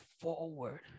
forward